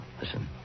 Listen